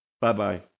Bye-bye